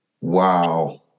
Wow